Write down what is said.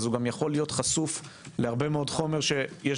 גם יכול להיות חשוף להרבה מאוד חומר שיש